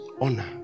Honor